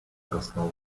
rosną